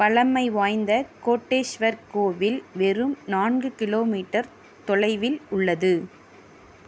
பழமை வாய்ந்த கோடேஷ்வர் கோயில் வெறும் நான்கு கிலோமீட்டர் தொலைவில் உள்ளது